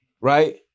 Right